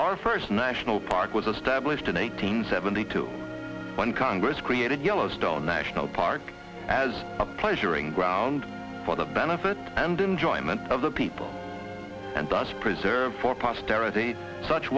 our first national park was a stablished in eighteen seventy two when congress created yellowstone national park as a pleasuring ground for the benefit and enjoyment of the people and thus preserved for posterity such